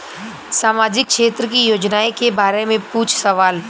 सामाजिक क्षेत्र की योजनाए के बारे में पूछ सवाल?